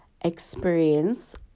experience